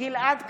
גלעד קריב,